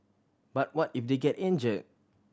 but what if they get injured